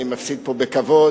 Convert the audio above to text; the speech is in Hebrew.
אני מפסיד פה בכבוד,